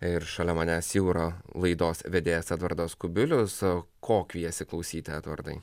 ir šalia manęs jau yra laidos vedėjas edvardas kubilius ko kviesi klausyti edvardai